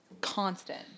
constant